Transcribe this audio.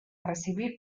recibir